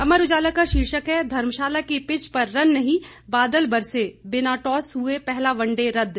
अमर उजाला का शीर्षक है धर्मशाला की पिच पर रन नहीं बादल बरसे बिना टॉस हुए पहला वनडे रदद